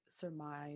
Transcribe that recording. surmise